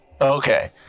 Okay